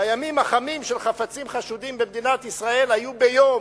בימים החמים של חפצים חשודים במדינת ישראל היו ביום